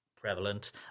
prevalent